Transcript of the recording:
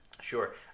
Sure